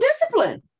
discipline